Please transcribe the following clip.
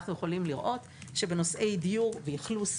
אנחנו יכולים לראות שבנושאי דיור ואכלוס,